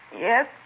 Yes